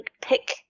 pick